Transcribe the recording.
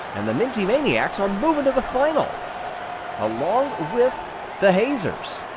and the minty maniacs are moving to the final along with the hazers.